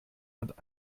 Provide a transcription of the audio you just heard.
hat